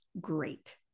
great